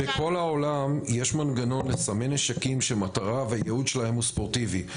בכל העולם יש מנגנון לסמן נשקים שהמטרה והייעוד שלהם הוא ספורטיבי.